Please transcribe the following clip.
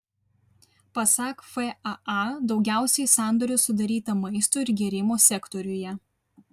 pasak faa daugiausiai sandorių sudaryta maisto ir gėrimų sektoriuje